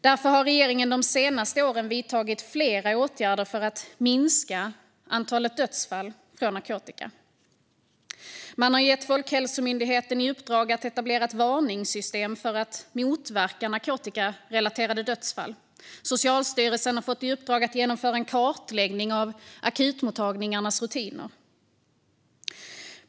Därför har regeringen de senaste åren vidtagit flera åtgärder för att minska antalet dödsfall orsakade av narkotika. Man har gett Folkhälsomyndigheten i uppdrag att etablera ett varningssystem för att motverka narkotikarelaterade dödsfall. Man har gett Socialstyrelsen i uppdrag att genomföra en kartläggning av akutmottagningarnas rutiner.